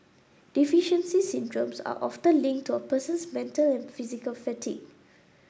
deficiency syndromes are often linked to a person's mental and physical fatigue